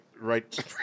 right